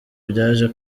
byaje